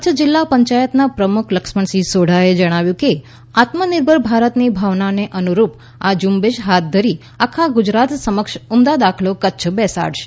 કચ્છ જીલ્લા પંચાયતના પ્રમુખ લક્ષ્મણ સિંહ સોઢાએ જણાવ્યું કે આત્મનિર્ભર ભારત ની ભાવનાને અનુરૂપ આ ઝુંબેશ હાથ ધરી આખા ગુજરાત સમક્ષ ઉમદા દાખલો કચ્છ બેસાડશે